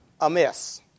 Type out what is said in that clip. amiss